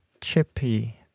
chippy